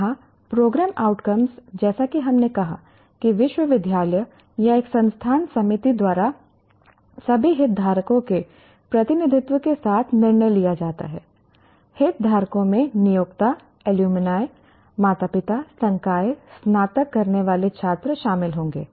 यहाँ programme outcomes जैसा कि हमने कहा कि विश्वविद्यालय या एक संस्थान समिति द्वारा सभी हितधारकों के प्रतिनिधित्व के साथ निर्णय लिया जाता है हितधारकों में नियोक्ता एलुमिनी माता पिता संकाय स्नातक करने वाले छात्र शामिल होंगे